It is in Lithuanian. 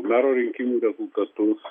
mero rinkimų rezultatus